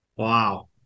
Wow